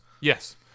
yes